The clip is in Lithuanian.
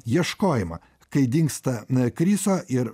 ieškojimą kai dingsta krisa ir